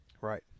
Right